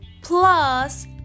plus